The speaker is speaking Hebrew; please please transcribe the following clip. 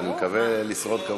אני מקווה לשרוד כמוך.